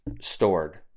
stored